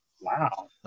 Wow